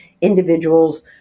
individuals